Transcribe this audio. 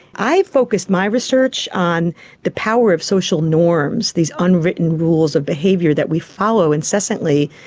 i focused my research on the power of social norms, these unwritten rules of behaviour that we follow incessantly,